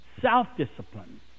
self-discipline